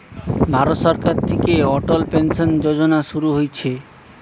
ভারত সরকার থিকে অটল পেনসন যোজনা শুরু হইছে